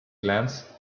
glance